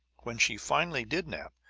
when she finally did nap,